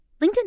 LinkedIn